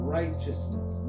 righteousness